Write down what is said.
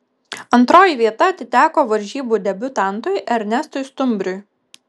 antroji vieta atiteko varžybų debiutantui ernestui stumbriui